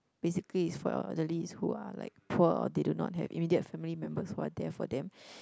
basically it's for elderlies who are like poor or they do not have immediate family members who are there for them